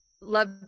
love